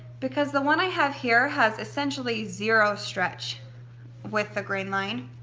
because the one i have here has essentially zero stretch with the grain line,